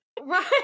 right